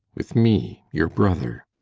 with me your brother!